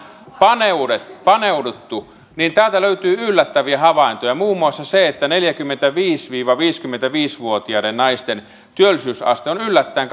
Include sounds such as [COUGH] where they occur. paneuduttu paneuduttu niin täältä löytyy yllättäviä havaintoja muun muassa se että neljäkymmentäviisi viiva viisikymmentäviisi vuotiaiden naisten työllisyysaste on yllättäen [UNINTELLIGIBLE]